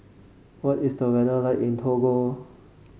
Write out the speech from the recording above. what is the weather like in Togo